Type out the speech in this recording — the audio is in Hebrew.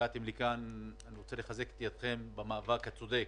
אני רוצה לחזק את ידיכם במאבק הצודק